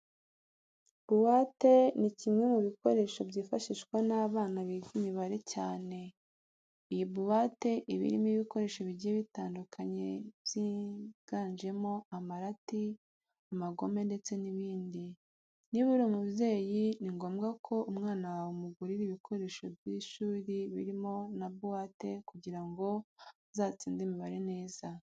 Buwate ni kimwe mu bikoresho byifashishwa n'abana biga imibare cyane. Iyi buwate iba irimo ibikoresho bigiye bitandukanye byiganjemo amarati, amagome ndetse n'ibindi. Niba uri umubyeyi ni ngombwa ko umwana wawe umugurira ibikoresho by'ishuri birimo na buwate kugira ngo azatsinde imibare neza.